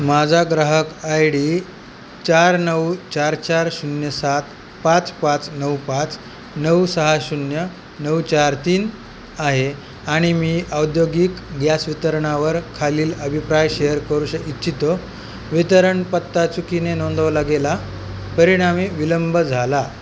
माझा ग्राहक ID चार नऊ चार चार शून्य सात पाच पाच नऊ पाच नऊ सहा शून्य नऊ चार तीन आहे आणि मी औद्योगिक गॅस वितरणावर खालील अभिप्राय शेअर करू श इच्छितो वितरण पत्ता चुकीने नोंदवला गेला परिणामी विलंब झाला